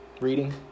Reading